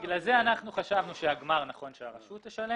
בגלל זה חשבנו שנכון שאת הגמר הרשות תשלם.